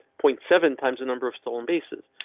point seven times the number of stolen bases.